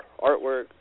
artwork